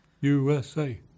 USA